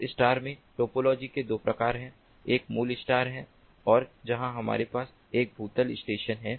तो स्टार में टोपोलॉजी के 2 प्रकार हैं एक मूल स्टार है और जहां हमारे पास यह भूतल स्टेशन है